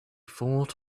thought